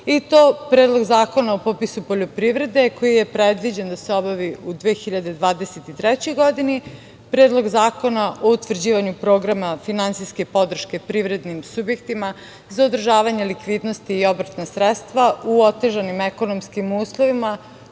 i to: Predlog zakona o popisu poljoprivrede koji je predviđen da se obavi u 2023. godini, Predlog zakona o utvrđivanju programa finansijske podrške privrednim subjektima za održavanje likvidnosti i obrtna sredstva u otežanim ekonomskim uslovima